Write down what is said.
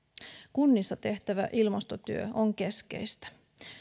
kunnissa tehtävä ilmastotyö on keskeistä